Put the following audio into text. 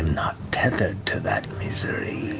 and not tethered to that misery,